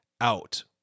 out